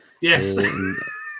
Yes